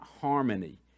harmony